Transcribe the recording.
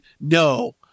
No